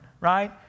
right